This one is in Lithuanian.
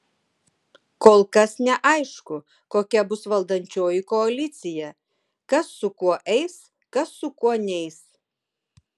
kol kas neaišku kokia bus valdančioji koalicija kas su kuo eis kas su kuo neis